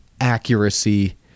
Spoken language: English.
accuracy